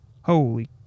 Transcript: holy